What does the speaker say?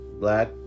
black